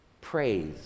Praise